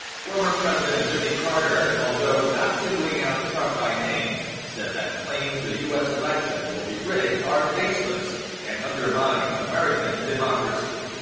former president jimmy carter, although not singling out trump by name, said that claims the u s. election will be rigged are baseless and undermine american democracy.